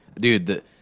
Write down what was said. Dude